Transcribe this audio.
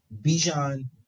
Bijan